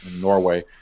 Norway